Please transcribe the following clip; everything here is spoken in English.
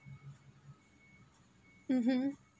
mmhmm